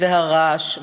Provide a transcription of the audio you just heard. הרש,